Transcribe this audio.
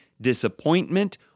disappointment